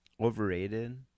Overrated